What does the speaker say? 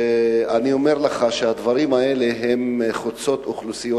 ואני אומר לך שהדברים האלה הם חוצי אוכלוסיות.